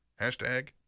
Hashtag